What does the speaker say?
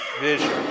vision